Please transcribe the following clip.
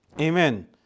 Amen